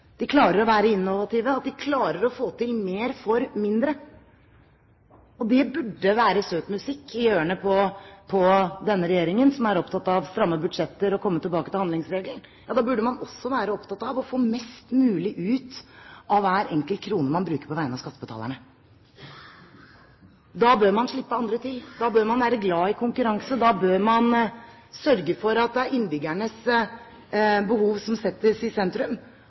De klarer å være innovative, og de klarer å få til mer for mindre. Det burde være søt musikk i ørene på denne regjeringen, som er opptatt av stramme budsjetter og å komme tilbake til handlingsregelen. Da burde man også være opptatt av å få mest mulig ut av hver enkelt krone man bruker på vegne av skattebetalerne. Da bør man slippe andre til. Da bør man være glad i konkurranse. Da bør man sørge for at det er innbyggernes behov som settes i sentrum